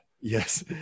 Yes